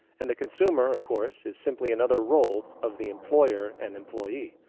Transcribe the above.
and the consumer, of course, is simply another role of the employer and employee,